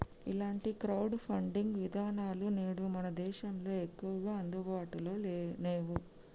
ఇలాంటి crowd funding విధానాలు నేడు మన దేశంలో ఎక్కువగా అందుబాటులో నేవు